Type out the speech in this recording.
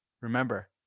remember